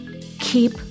Keep